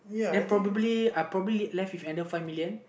then probably I probably left with another five million